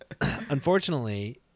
unfortunately